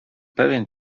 pewien